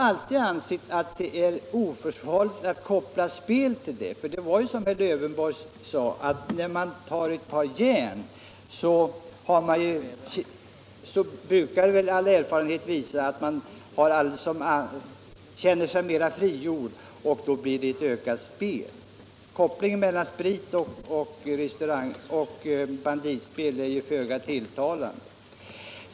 All erfarenhet visar ju, som herr Lövenborg också sade, att när man tar ett par ” n” känner man sig mera frigjord och då blir det ökat spel. Kopplingen mellan sprit och banditspel är därför föga tilltalande.